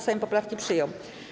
Sejm poprawki przyjął.